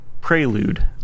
prelude